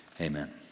Amen